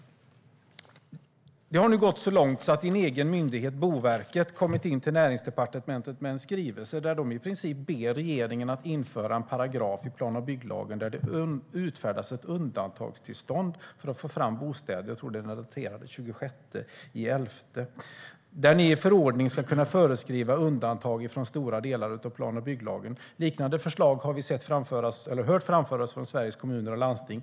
Det har nu gått så långt att din egen myndighet Boverket, Mehmet Kaplan, lämnat in en skrivelse till Näringsdepartementet där de i princip ber regeringen att införa en paragraf i plan och bygglagen där det utfärdas ett undantagstillstånd för att få fram bostäder - jag tror att den är daterad den 26 november - och att ni i förordning ska kunna föreskriva undantag från stora delar av plan och bygglagen. Liknande förslag har vi hört framföras från Sveriges Kommuner och Landsting.